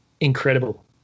Incredible